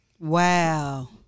Wow